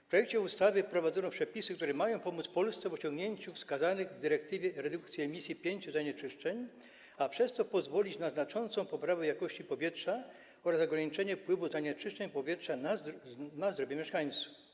W projekcie ustawy wprowadzono przepisy, które mają pomóc Polsce w osiągnięciu wskazanych w dyrektywie poziomów redukcji emisji pięciu zanieczyszczeń, a przez to pozwolić na znaczącą poprawę jakości powietrza oraz ograniczenie wpływu zanieczyszczeń powietrza na zdrowie mieszkańców.